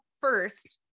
first